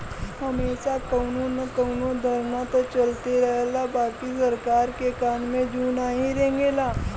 हमेशा कउनो न कउनो धरना त चलते रहला बाकि सरकार के कान में जू नाही रेंगला